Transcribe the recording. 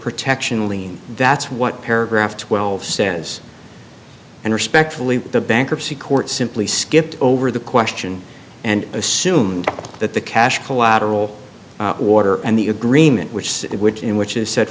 protection lean that's what paragraph twelve says and respectfully the bankruptcy court simply skipped over the question and assumed that the cash collateral order and the agreement which sit which in which is set